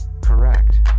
correct